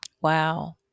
wow